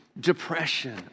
Depression